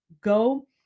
go